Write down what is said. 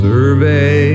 Survey